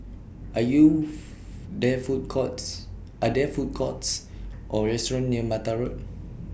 Are Youth There Food Courts Are There Food Courts Or restaurants near Mattar Road